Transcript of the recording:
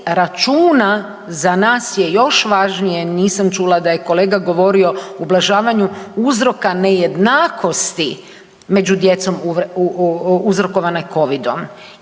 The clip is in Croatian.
računa, za nas je još važnije nisam čula da je kolega govorio ublažavanju uzroka nejednakosti među djecom uzrokovane Covid-om